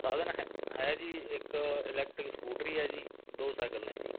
ਸਾਧਨ ਹ ਹੈ ਜੀ ਇੱਕ ਇਲੈਕਟਰਿਕ ਸਕੂਟਰੀ ਹੈ ਜੀ ਦੋ ਸਾਈਕਲ ਨੇ ਜੀ